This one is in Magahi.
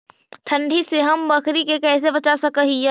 ठंडी से हम बकरी के कैसे बचा सक हिय?